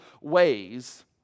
ways